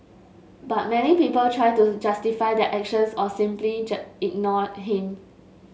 but many people try to justify their actions or simply just ignored him